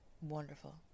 wonderful